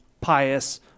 pious